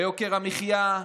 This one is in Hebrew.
ליוקר המחיה,